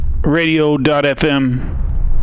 radio.fm